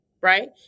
Right